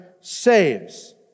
saves